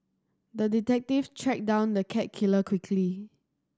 the detective tracked down the cat killer quickly